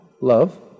Love